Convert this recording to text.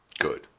good